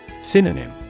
Synonym